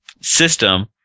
system